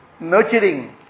nurturing